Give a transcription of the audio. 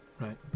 Right